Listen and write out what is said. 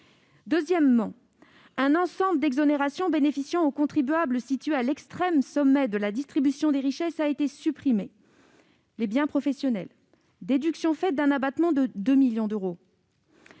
Ensuite, un ensemble d'exonérations bénéficiant aux contribuables situés à l'extrême sommet de la distribution des richesses est supprimé, notamment l'exonération sur les biens professionnels, déduction faite d'un abattement de 2 millions d'euros.